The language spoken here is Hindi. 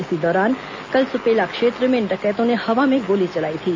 इसी दौरान कल सुपेला क्षेत्र में इन डकैतों ने हवा में गोली चलाई थी